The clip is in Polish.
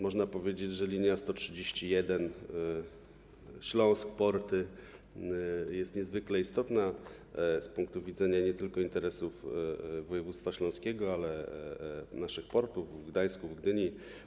Można powiedzieć, że linia nr 131 Śląsk - porty jest niezwykle istotna z punktu widzenia interesów nie tylko województwa śląskiego, ale i naszych portów w Gdańsku i w Gdyni.